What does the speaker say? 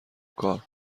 کار